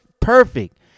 perfect